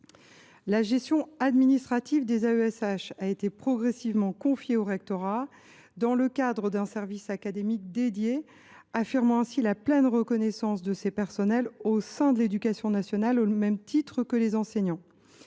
La gestion administrative des AESH a été progressivement confiée aux rectorats dans le cadre d’un service académique dédié, affirmant ainsi la pleine reconnaissance de ces personnels au sein de l’éducation nationale, au même titre que les enseignants.